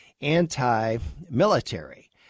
anti-military